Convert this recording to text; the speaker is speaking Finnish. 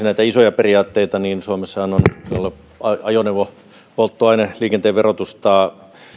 näitä isoja periaatteita suomessahan on todella ajoneuvo polttoaine liikenteen verotusta